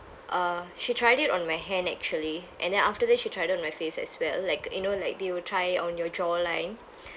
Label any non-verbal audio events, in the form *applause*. uh she tried it on my hand actually and then after that she tried it on my face as well like you know like they will try it on your jawline *breath*